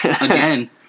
Again